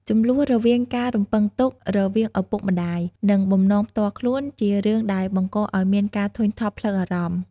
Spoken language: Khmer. ជម្លោះរវាងការរំពឹងទុករបស់ឪពុកម្ដាយ និងបំណងផ្ទាល់ខ្លួនជារឿងដែលបង្កឱ្យមានការធុញថប់ផ្លូវអារម្មណ៍។